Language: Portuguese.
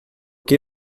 que